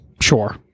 Sure